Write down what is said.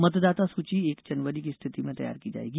मतदाता सूची एक जनवरी को स्थिति में तैयार की जायेगी